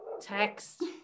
Text